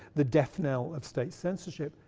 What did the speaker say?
the death knell of state censorship,